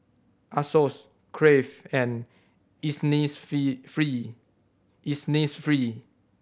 Asos Crave and Innisfree